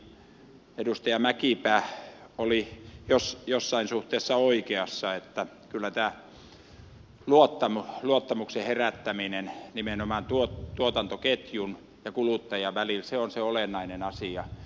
ensinnäkin edustaja mäkipää oli jossain suhteessa oikeassa siinä että kyllä tämä luottamuksen herättäminen nimenomaan tuotantoketjun ja kuluttajan välillä on se olennainen asia